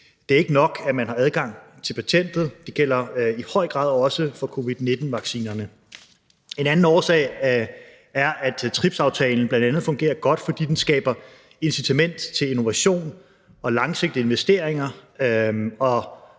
Det er ikke nok, at man har adgang til patentet, og det gælder i høj grad også for covid-19-vaccinerne. En anden årsag er, at TRIPS-aftalen bl.a. fungerer godt, fordi den skaber incitament til innovation og langsigtede investeringer,